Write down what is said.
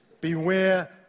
Beware